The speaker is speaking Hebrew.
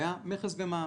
והיה מכס ומע"מ,